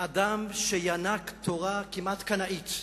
אדם שינק תורה, כמעט קנאית,